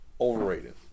Overrated